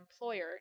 employer